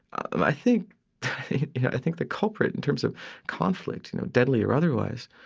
i think yeah think the culprit in terms of conflict, you know, deadly or otherwise,